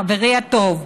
חברי הטוב,